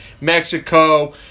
Mexico